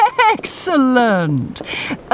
Excellent